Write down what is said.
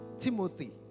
Timothy